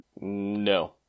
No